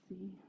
see